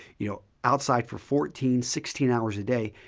you know, outside for fourteen, sixteen hours a day,